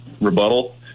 rebuttal